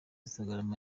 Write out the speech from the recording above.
instagram